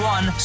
One